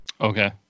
Okay